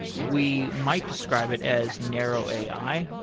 we might describe it as narrow a i,